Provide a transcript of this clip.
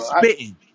spitting